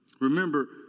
Remember